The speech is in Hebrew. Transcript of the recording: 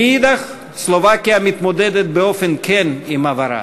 מאידך, סלובקיה מתמודדת באופן כן עם עברה.